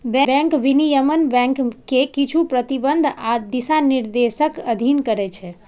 bank विनियमन bank कें किछु प्रतिबंध आ दिशानिर्देशक अधीन करै छै